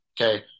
okay